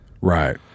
Right